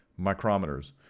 micrometers